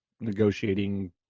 negotiating